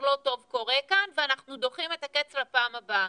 לא טוב קורה כאן ואנחנו דוחים את הקץ לפעם הבאה.